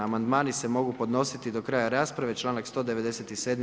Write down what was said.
Amandmani se mogu podnositi do kraja rasprave, čl. 197.